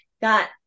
got